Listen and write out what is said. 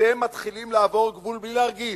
אתם מתחילים לעבור גבול בלי להרגיש,